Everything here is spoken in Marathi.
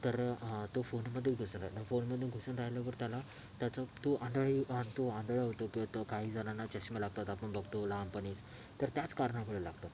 तर तो फोनमध्ये घुसून राहतो फोनमध्ये घुसून राहल्यावर त्याला त्याचं तो आंधळाही आणि तो आंधळा होतो तो काही जणांना चष्मे लागतात आपण बघतो लहानपणीच तर त्याच कारणामुळं लागतो